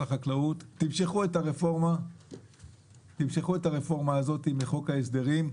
החקלאות למשוך את הרפורמה הזאת מחוק ההסדרים,